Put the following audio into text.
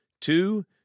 Two